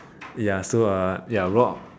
ya so uh ya